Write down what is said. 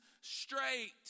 straight